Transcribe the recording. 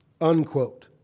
unquote